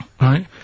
right